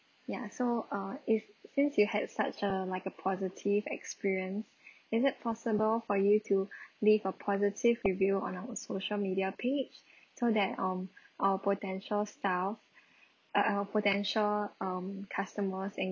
ya so uh if since you had such a like a positive experience is it possible for you to leave a positive review on our social media page so that um our potential staff (uh huh) our potential um customers and